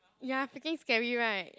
ya freaking scary [right]